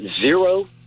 zero